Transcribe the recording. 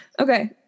Okay